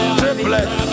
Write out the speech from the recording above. triplets